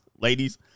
Ladies